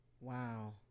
Wow